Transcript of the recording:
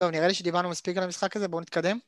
טוב, נראה לי שדיברנו מספיק על המשחק הזה. בואו נתקדם.